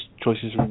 choices